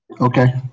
okay